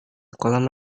kolam